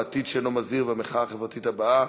העתיד שאינו מזהיר והמחאה החברתית הבאה,